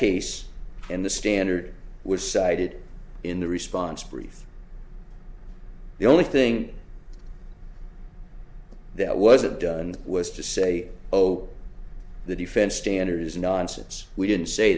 case and the standard was cited in the response brief the only thing that wasn't done was to say oh the defense standard is nonsense we didn't say